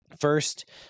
First